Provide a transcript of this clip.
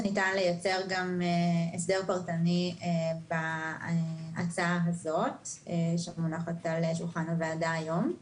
ניתן לייצר גם הסדר פרטני בהצעה הזאת שמונחת על שולחן הוועדה היום.